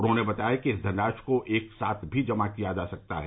उन्होंने बताया कि इस धनराशि को एक साथ भी जमा किया जा सकता है